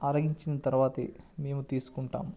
ఆరగించిన తర్వాత మేము తీసుకుంటాము